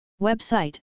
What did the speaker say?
Website